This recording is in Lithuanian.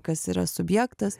kas yra subjektas